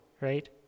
right